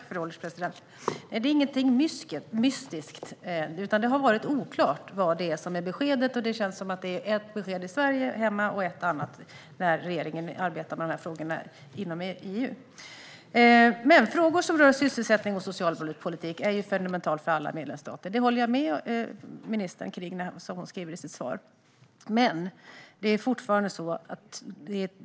Fru ålderspresident! Det är inget mystiskt, utan det har varit oklart vilket beskedet är. Det känns som att det är ett besked hemma i Sverige och ett annat när regeringen arbetar med dessa frågor inom EU. Frågor som rör sysselsättning och socialpolitik är fundamentala för alla medlemsstater; det säger ministern i sitt svar, och det håller jag med om.